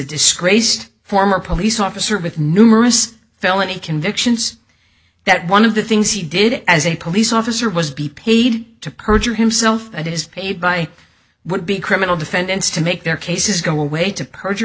discreet former police officer with numerous felony convictions that one of the things he did as a police officer was be paid to perjure himself and it is paid by i would be criminal defendants to make their cases go away to perjure